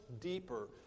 deeper